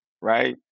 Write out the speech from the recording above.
Right